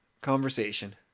conversation